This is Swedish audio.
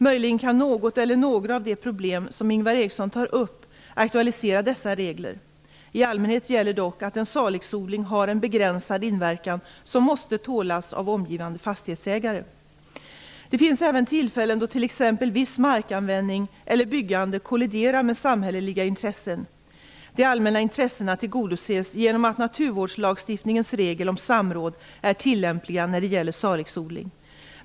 Möjligen kan något eller några av de problem som Ingvar Eriksson tar upp aktualisera dessa regler. I allmänhet gäller dock att en salixodling har en begränsad inverkan som måste tålas av omgivande fastighetsägare. Det finns även tillfällen då t.ex. viss markanvändning eller byggande kolliderar med samhälleliga intressen. De allmänna intressena tillgodoses genom att naturvårdslagstiftningens regler om samråd är tillämpliga när det gäller salixodling.